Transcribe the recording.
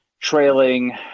trailing